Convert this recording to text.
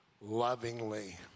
lovingly